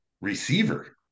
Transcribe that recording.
receiver